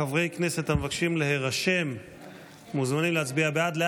חברי כנסת המבקשים להירשם מוזמנים להצביע בעד.